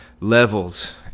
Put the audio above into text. levels